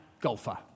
golfer